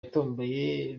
yatomboye